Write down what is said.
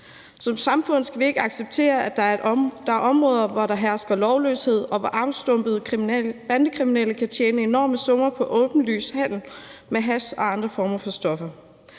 Som samfund skal vi ikke acceptere, at der er områder, hvor der hersker lovløshed, og hvor afstumpede bandekriminelle kan tjene enorme summer på åbenlys handel med hash og andre former for stoffer.